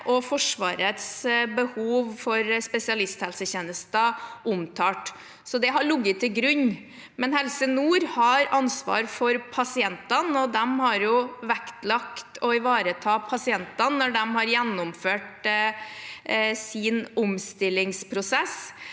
og Forsvarets behov for spesialisthelsetjenester omtalt. Det har ligget til grunn, men Helse nord har ansvar for pasientene, og de har vektlagt å ivareta pasientene når de har gjennomført sin omstillingsprosess.